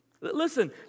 Listen